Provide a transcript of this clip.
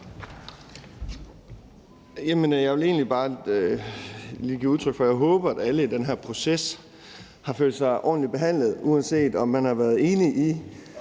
Jeg vil egentlig bare give udtryk for, at jeg håber, at alle har følt sig ordentligt behandlet i den her proces, uanset om man har været enig i